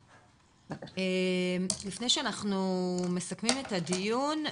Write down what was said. לפני שאנחנו מסכמים את הדיון,